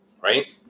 right